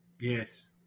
Yes